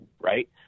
right